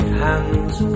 hands